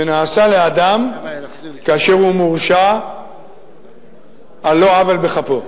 שנעשה לאדם כאשר הוא מורשע על לא עוול בכפו.